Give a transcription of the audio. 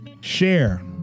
share